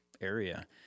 area